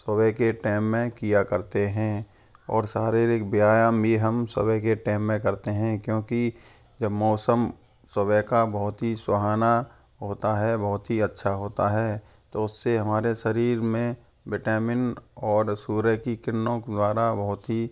सुबह के टेम में किया करते हैं और शरीरिक व्यायाम भी हम सुबह के टेम में करते हैं क्योंकि जब मौसम सुबह का बहुत ही सुहाना होता है बहुत ही अच्छा होता है तो उससे हमारे शरीर में विटामिन और सूर्य की किरणों द्वारा बहुत ही